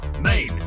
Main